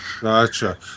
Gotcha